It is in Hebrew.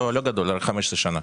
לא גדול, של 15 שנים.